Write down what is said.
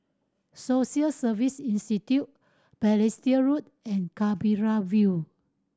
Social Service Institute Balestier Road and Canberra View